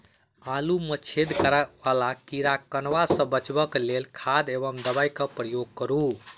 आलु मे छेद करा वला कीड़ा कन्वा सँ बचाब केँ लेल केँ खाद वा दवा केँ प्रयोग करू?